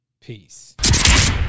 Peace